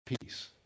peace